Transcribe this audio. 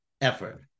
effort